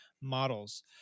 models